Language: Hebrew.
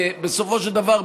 בסופו של דבר,